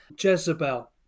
Jezebel